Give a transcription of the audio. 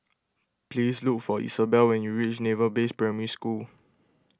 please look for Isabel when you reach Naval Base Primary School